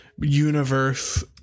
Universe